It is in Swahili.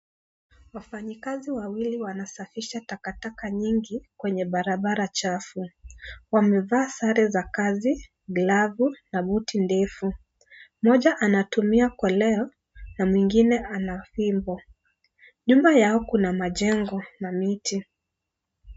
Wafanyikazi wawili wanasafisha takataka nyingi kwenye barabara chafu . Wamevaa sare za kazi , glavu na buti ndefu ,moja anatumia kolea na mwingine ana fimbo. Nyuma Yao kuna majengo na miti.